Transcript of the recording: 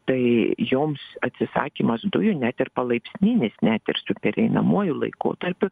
tai joms atsisakymas dujų net ir palaipsniui net ir su pereinamuoju laikotarpiu